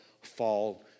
fall